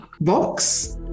box